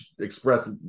express